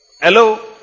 Hello